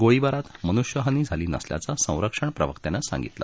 गोळीबारात मनुष्यहानी झाली नसल्याचं संरक्षण प्रवक्त्यांन सांगितलं